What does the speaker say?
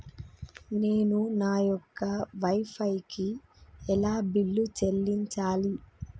నేను నా యొక్క వై ఫై కి ఎలా బిల్లు చెల్లించాలి?